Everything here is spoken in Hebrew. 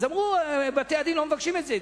ואמרו לי: בתי-הדין לא מבקשים את זה.